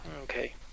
Okay